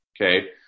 Okay